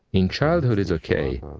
in childhood it's okay,